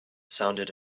sounded